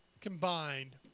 combined